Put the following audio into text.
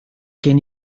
gen